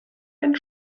einen